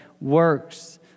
works